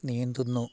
നീന്തുന്നു